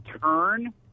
turn